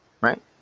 Right